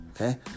Okay